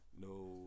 No